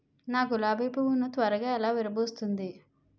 నా గులాబి పువ్వు ను త్వరగా ఎలా విరభుస్తుంది?